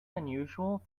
unusual